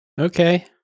Okay